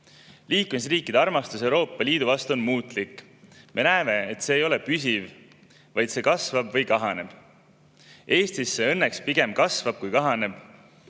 Liikmesriikide armastus Euroopa Liidu vastu on muutlik. Me näeme, et see ei ole püsiv, vaid see kasvab või kahaneb. Eestis see õnneks pigem kasvab kui kahaneb.